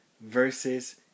versus